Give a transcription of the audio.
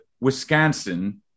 Wisconsin